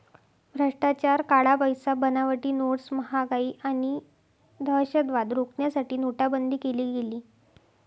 भ्रष्टाचार, काळा पैसा, बनावटी नोट्स, महागाई आणि दहशतवाद रोखण्यासाठी नोटाबंदी केली गेली